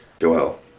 Joel